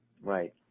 Right